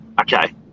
Okay